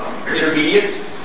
intermediate